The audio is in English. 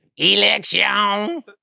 ELECTION